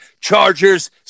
Chargers